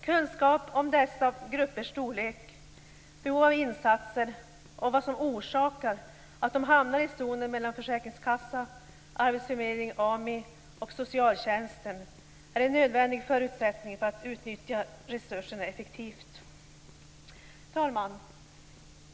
Kunskap om dessa gruppers storlek, behov av insatser och vad som orsakar att de hamnar i zonen mellan försäkringskassa, arbetsförmedling/AMI och socialtjänsten är en nödvändig förutsättning för att utnyttja resurserna effektivt. Herr talman!